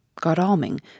Godalming